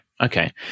Okay